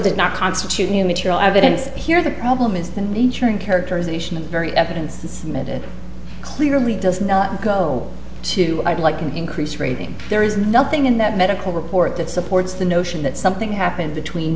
did not constitute new material evidence here the problem is the nature and characterization of the very evidence that it clearly does not go to i'd like an increased rating there is nothing in that medical report that supports the notion that something happened between